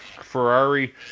Ferrari